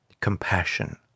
compassion